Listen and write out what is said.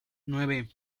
nueve